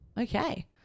Okay